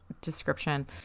description